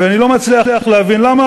ואני לא מצליח להבין למה,